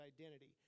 identity